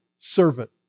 servant